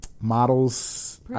models